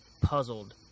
puzzled